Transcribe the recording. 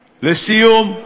לסיום,